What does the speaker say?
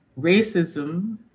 racism